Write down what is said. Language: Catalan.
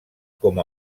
com